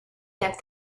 get